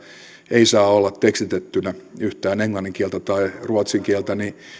ei saa olla tekstitettynä yhtään englannin kieltä tai ruotsin kieltä niin